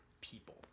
people